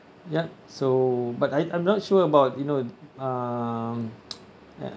yup so but I I'm not sure about you know um